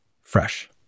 fresh